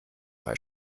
drei